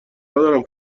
ندارم